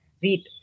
read